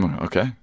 Okay